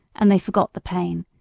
and they forgot the pain,